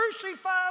crucified